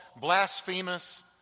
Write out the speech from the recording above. blasphemous